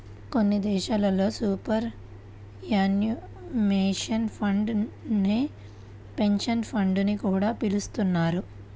కొన్ని దేశాల్లో superannuation fund నే పెన్షన్ ఫండ్ అని కూడా పిలుస్తున్నారు